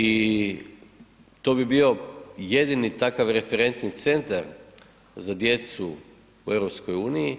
I to bi bio jedini takav referentni centar za djecu u EU.